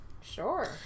sure